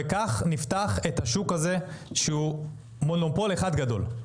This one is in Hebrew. כך נפתח את השוק הזה, שהוא מונופול אחד גדול.